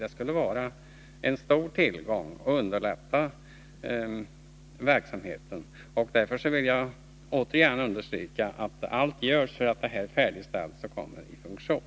Det skulle vara en stor tillgång och underlätta verksamheten. Därför vill jag återigen understryka att allt måste göras för att registret skall färdigställas och komma i funktion.